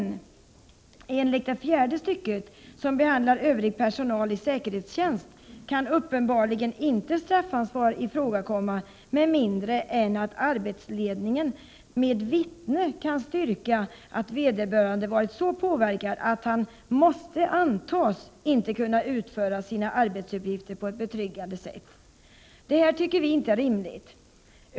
Men enligt fjärde stycket, som behandlar övrig personal i säkerhetstjänst, kan uppenbarligen inte straffansvar ifrågakomma med mindre än att arbetsledningen med vittne kan styrka att vederbörande varit så påverkad att han ”måste antas” inte kunna utföra sina arbetsuppgifter på ett betryggande sätt. Detta tycker vi inte är rimligt.